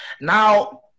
Now